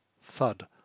thud